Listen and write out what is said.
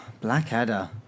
Blackadder